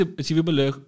achievable